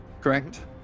Correct